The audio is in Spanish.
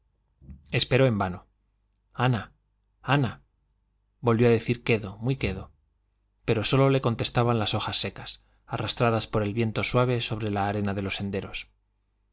esperó en vano ana ana volvió a decir quedo muy quedo pero sólo le contestaban las hojas secas arrastradas por el viento suave sobre la arena de los senderos